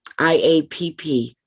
iapp